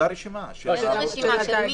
אותה רשימה של המורכבים.